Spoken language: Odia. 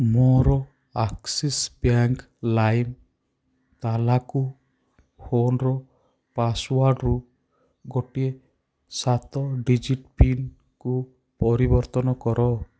ମୋର ଆକ୍ସିସ୍ ବ୍ୟାଙ୍କ୍ ଲାଇନ୍ ତାଲାକୁ ଫୋନର ପାସୱାର୍ଡ଼ରୁ ଗୋଟିଏ ସାତ ଡିଜିଟ୍ ପିନକୁ ପରିବର୍ତ୍ତନ କର